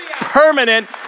permanent